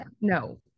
No